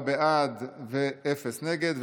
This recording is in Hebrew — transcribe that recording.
ארבעה בעד ואפס נגד,